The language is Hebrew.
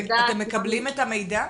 מקבלים את המידע?